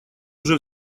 уже